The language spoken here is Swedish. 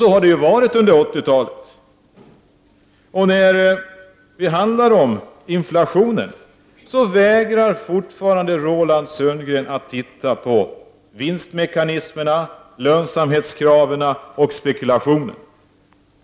Så har det ju varit under 1980-talet. När vi diskuterar inflationen vägrar Roland Sundgren fortfarande att se på vinstmekanismerna, lönsamhetskraven och spekulationen.